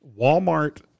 Walmart